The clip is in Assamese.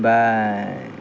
বা